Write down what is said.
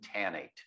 tannate